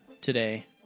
today